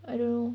I don't know